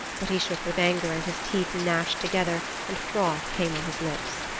but he shook with anger and his teeth gnashed together and froth came on his lips.